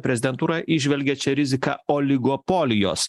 prezidentūra įžvelgia čia riziką oligopolijos